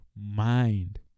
Mind